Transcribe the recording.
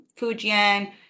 Fujian